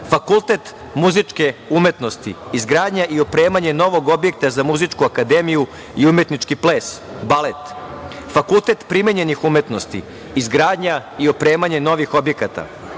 Fakultet muzičke umetnosti - izgradnja i opremanje novog objekta za muzičku akademiju i umetnički ples, balet; Fakultet primenjenih umetnosti - izgradnja i opremanje novih objekata;